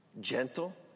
gentle